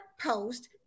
Post